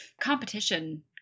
competition